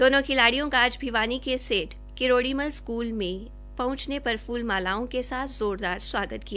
दोनों खिलाड़ियों का आज भिवानी के सेठ किरोड़ीमल स्कूल में पहंचने पर फूल मालाओं के साथ जोरदार स्वागत किया